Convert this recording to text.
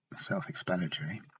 self-explanatory